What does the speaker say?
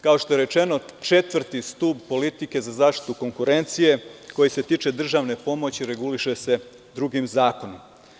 Kao što je rečeno četvrti stub politike za zaštitu konkurencije koji se tiče državne pomoći, reguliše se drugim zakonom.